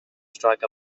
strike